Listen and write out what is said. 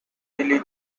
little